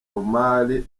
omar